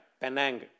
Penang